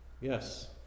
Yes